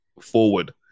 forward